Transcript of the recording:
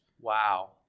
Wow